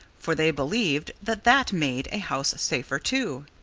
for they believed that that made a house safer too.